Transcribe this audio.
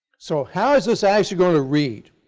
so how is this actually going to read?